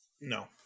No